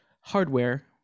hardware